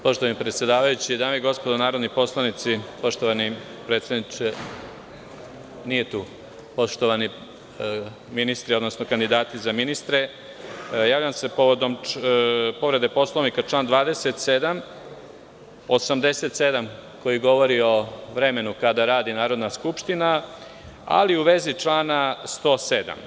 Poštovani predsedavajući, dame i gospodo narodni poslanici, poštovani predsedniče, nije tu, poštovani ministri, odnosno kandidati za ministre, javljam se povodom povrede Poslovnika, član 27, 87. koji govori o vremenu kada radi Narodna skupština, ali u vezi člana 107.